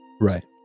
Right